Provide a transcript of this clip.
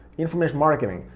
information marketing,